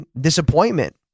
disappointment